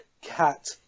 cat